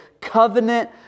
covenant